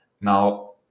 Now